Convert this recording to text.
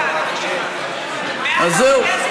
אני מקשיבה.